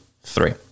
three